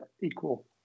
equal